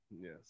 yes